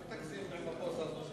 אל תגזים עם הפוזה הזאת.